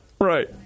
Right